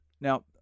Now